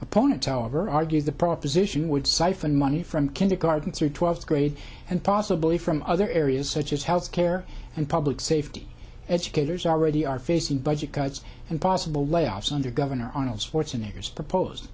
opponents however argue the proposition would siphon money from kindergarten through twelfth grade and possibly from other areas such as health care and public safety educators already are facing budget cuts and possible layoffs under governor arnold schwarzenegger's propose